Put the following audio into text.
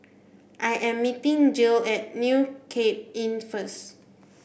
I am meeting Jill at New Cape Inn first